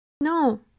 no